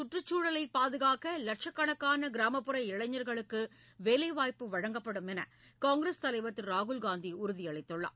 சுற்றுச்சூழலை பாதுகாக்க லட்சக்கணக்கான கிராமப்புற காங்கிரஸ் இளைஞர்களுக்கு வேலை வாய்ப்பு வழங்கப்படும் என காங்கிரஸ் தலைவர் திரு ராகுல்காந்தி உறுதியளித்துள்ளார்